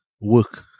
Work